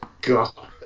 God